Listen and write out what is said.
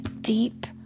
deep